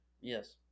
Yes